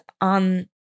on